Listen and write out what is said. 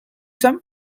sommes